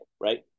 right